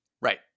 Right